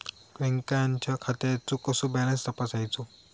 बँकेच्या खात्याचो कसो बॅलन्स तपासायचो?